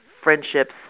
friendships